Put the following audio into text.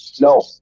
no